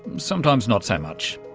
sometimes not so much.